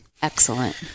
Excellent